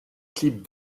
clips